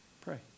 pray